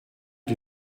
die